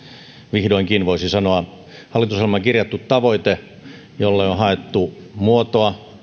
vihdoinkin voisi sanoa tämä on hallitusohjelmaan kirjattu tavoite jolle on haettu muotoa